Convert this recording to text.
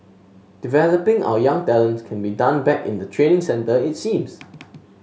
developing our young talents can be done back in the training centre it seems